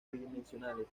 tridimensionales